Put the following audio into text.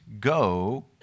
Go